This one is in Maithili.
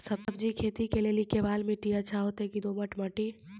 सब्जी खेती के लेली केवाल माटी अच्छा होते की दोमट माटी?